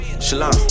Shalom